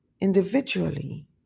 individually